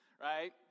Right